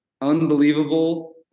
unbelievable